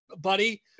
buddy